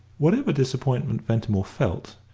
whatever disappointment ventimore felt,